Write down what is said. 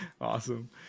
Awesome